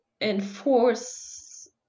enforce